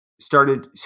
started